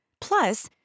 Plus